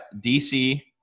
DC –